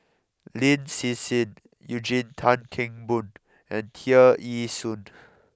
Lin Hsin Hsin Eugene Tan Kheng Boon and Tear Ee Soon